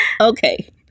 okay